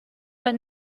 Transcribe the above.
but